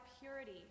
purity